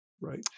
Right